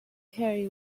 harry